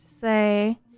say